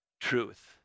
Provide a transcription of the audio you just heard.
truth